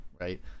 right